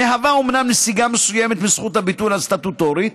היא אומנם נסיגה מסוימת מזכות הביטול הסטטוטורית,